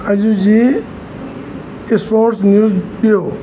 अॼु जी sports news ॾियो